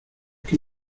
que